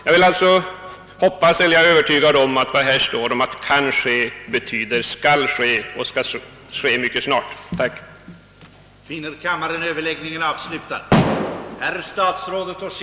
Jag är alltså övertygad om att »kan ske» betyder »skall ske» och att det skall ske mycket snart. Än en gång tackar jag för svaret.